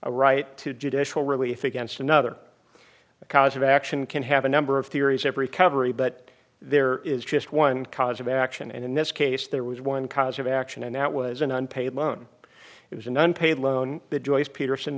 a right to judicial really think danced another a cause of action can have a number of theories every cover a but there is just one cause of action and in this case there was one cause of action and that was an unpaid loan it was an unpaid loan that joyce peterson